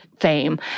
fame